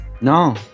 No